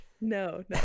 no